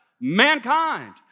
mankind